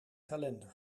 kalender